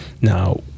now